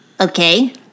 Okay